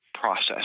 process